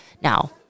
Now